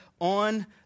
on